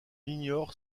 ignore